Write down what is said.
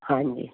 ਹਾਂਜੀ